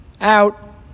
Out